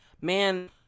man